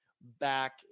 back